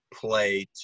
play